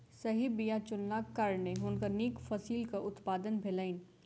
सही बीया चुनलाक कारणेँ हुनका नीक फसिलक उत्पादन भेलैन